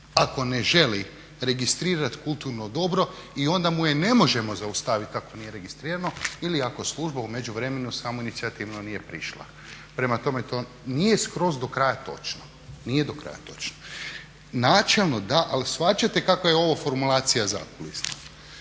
ako ne želi registrirati kulturno dobro i onda mu je ne možemo zaustaviti ako nije registrirano ili ako služba u međuvremenu samoinicijativno nije prišla. Prema tome, to nije skroz do kraja točno, nije do kraja točno. Načelno da, ali shvaćate kako je ovo formulacija zakulisna.